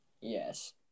Yes